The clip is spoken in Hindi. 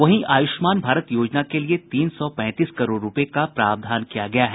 वहीं आयुष्मान भारत योजना के लिए तीन सौ पेंतीस करोड़ रुपये का प्रावधान किया गया है